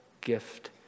gift